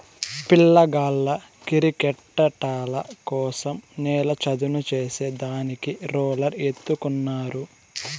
పిల్లగాళ్ళ కిరికెట్టాటల కోసరం నేల చదును చేసే దానికి రోలర్ ఎత్తుకున్నారు